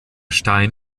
stein